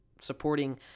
Supporting